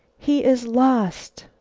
he is lost!